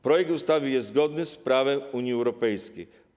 Projekt ustawy jest zgodny z prawem Unii Europejskiej.